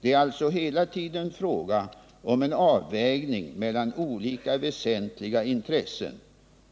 Det är alltså hela tiden fråga om en avvägning mellan olika väsentliga intressen,